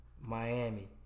Miami